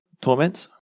torments